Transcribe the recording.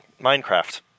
Minecraft